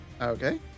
Okay